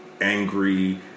angry